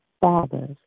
Fathers